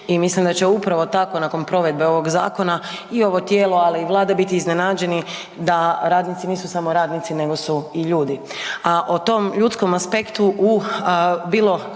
i mislim da će upravo tako nakon provedbe ovog zakona i ovo tijelo ali i Vlada biti iznenađeni da radnici nisu samo radnici nego su i ljudi. A o tom ljudskom aspektu bilo